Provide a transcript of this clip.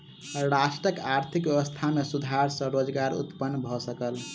राष्ट्रक आर्थिक व्यवस्था में सुधार सॅ रोजगार उत्पन्न भ सकल